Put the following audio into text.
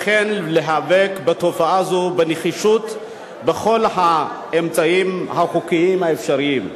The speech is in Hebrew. וכן להיאבק בתופעה זו בנחישות בכל האמצעים החוקיים האפשריים.